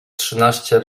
trzynaście